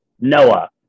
Noah